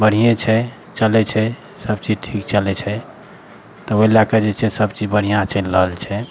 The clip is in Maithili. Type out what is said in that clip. बढ़ियें छै चलय छै सब चीज ठीक चलय छै तऽ ओइ लए कऽ जे छै सब चीज बढ़ियाँ चलि रहल छै